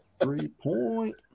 Three-point